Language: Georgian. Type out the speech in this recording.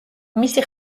მისი